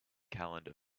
calendar